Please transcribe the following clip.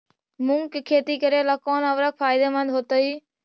मुंग के खेती करेला कौन उर्वरक फायदेमंद होतइ?